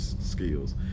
skills